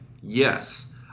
yes